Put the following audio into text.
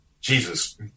Jesus